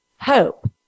hope